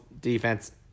defense